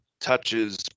touches